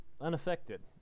unaffected